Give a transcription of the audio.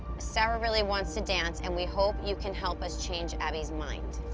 sarah really wants to dance, and we hope you can help us change abby's mind.